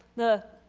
the